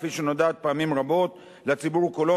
כפי שנודעת פעמים רבות לציבור כולו,